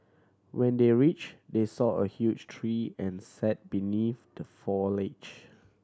when they are reached they saw a huge tree and sat beneath the foliage